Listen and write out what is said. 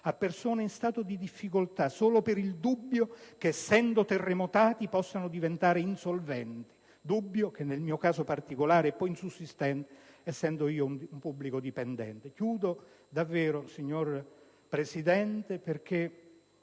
persone in stato di difficoltà, solo per il dubbio che, essendo terremotati, possano diventare insolventi, dubbio che nel mio caso particolare è poi insussistente, essendo io un pubblico dipendente». Signor Presidente, noi